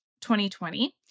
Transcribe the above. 2020